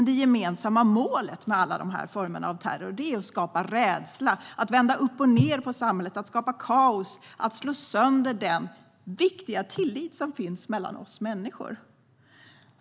Det gemensamma målet med alla former av terror är i stället att skapa rädsla, att vända upp och ned på samhället, att skapa kaos och att slå sönder den viktiga tillit som finns mellan oss människor.